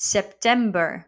September